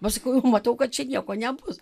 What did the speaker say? ba sakau matau kad čia nieko nebus